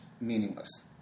meaningless